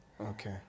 Okay